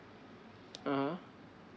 (uh huh)